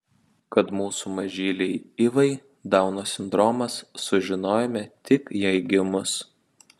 kad mūsų mažylei ivai dauno sindromas sužinojome tik jai gimus